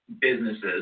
businesses